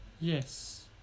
Yes